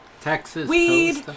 Texas